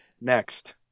Next